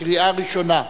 קריאה ראשונה.